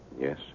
Yes